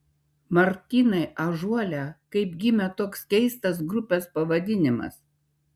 martynai ąžuole kaip gimė toks keistas grupės pavadinimas